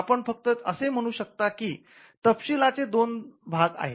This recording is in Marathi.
आपण फक्त असे म्हणू शकता की तपशीलाचे दोन दोन भाग आहेत